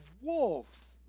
wolves